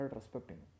respecting